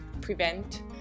prevent